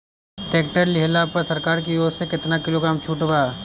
Tractor लिहला पर सरकार की ओर से केतना किलोग्राम छूट बा?